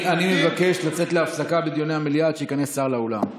אני מבקש לצאת להפסקה בדיוני המליאה עד שייכנס שר לאולם.